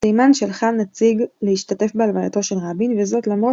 תימן שלחה נציג להשתתף בהלווייתו של רבין וזאת למרות